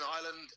Ireland